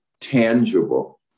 tangible